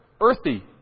earthy